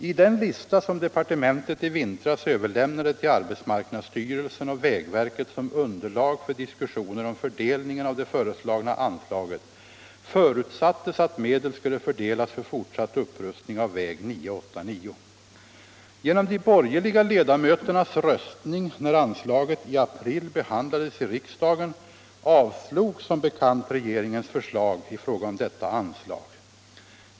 I den lista som departementet i vintras överlämnade till arbetsmarknadsstyrelsen och vägverket som underlag för diskussioner om fördelningen av det föreslagna anslaget förutsattes att medel skulle fördelas för fortsatt upprustning av väg 989. Genom de borgerliga ledamöternas röstning när anslaget i april behandlades i riksdagen avslogs som bekant regeringens förslag i fråga om detta anslag.